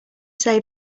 say